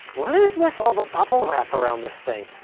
what is with all the bubble wrap around this thing?